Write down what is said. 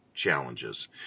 challenges